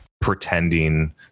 pretending